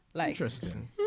Interesting